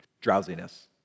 drowsiness